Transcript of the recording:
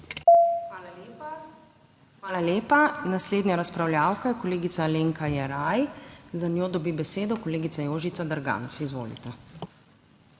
Hvala lepa. Naslednja razpravljavka je kolegica Alenka Jeraj, za njo dobi besedo kolegica Jožica Derganc. Izvolite.